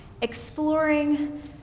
exploring